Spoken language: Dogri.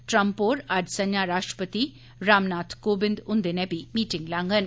ट्रंप होर अज्ज संजां राश्ट्रपति रामनाथ कोविंद हुंदे नै बी मीटिंग लांगन